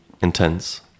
intense